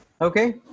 Okay